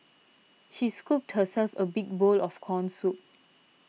she scooped herself a big bowl of Corn Soup